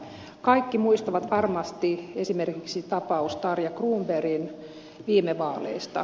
kaikki muistavat varmasti esimerkiksi tapaus tarja cronbergin viime vaaleista